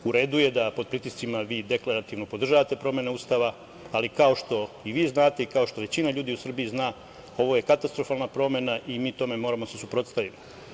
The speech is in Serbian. U redu je da pod pritiscima vi deklarativno podržavate promene Ustava ali, kao što vi znate i kao što većina ljudi u Srbiji zna, ovo je katastrofalna promena i mi tome moramo da se suprotstavimo.